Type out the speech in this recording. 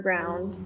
Ground